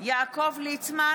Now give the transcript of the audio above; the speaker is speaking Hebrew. יעקב ליצמן,